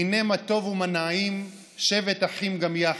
הינה מה טוב ומה נעים שבת אחים גם יחד,